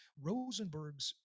Rosenberg's